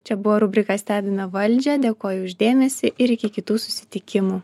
čia buvo rubrika stebime valdžią dėkoju už dėmesį ir iki kitų susitikimų